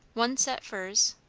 one set furs.